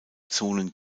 zonen